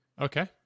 Okay